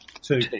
Two